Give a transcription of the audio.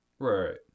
Right